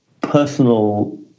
personal